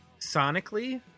sonically